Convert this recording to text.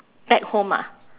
back home ah